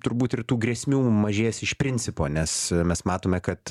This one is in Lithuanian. turbūt ir tų grėsmių mažės iš principo nes mes matome kad